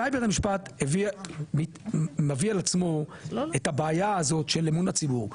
מתי בית המשפט מביא על עצמו את הבעיה הזאת של אמון הציבור,